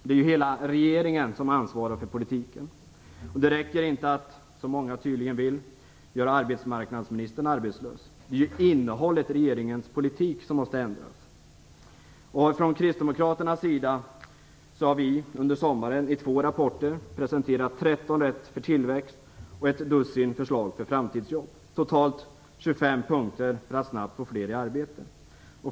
Det är hela regeringen som ansvarar för politiken. Det räcker inte att, som många tydligen vill, göra arbetsmarknadsministern arbetslös. Det är innehållet i regeringens politik som måste ändras. Från kristdemokraternas sida har vi under sommaren i två rapporter presenterat "13 rätt för tillväxt" och ett dussin förslag för framtidsjobb, totalt 25 punkter för att snabbt få fler i arbete.